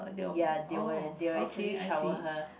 ya they will they will actually shower her